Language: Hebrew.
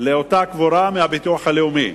לקבורה מהביטוח הלאומי.